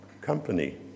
company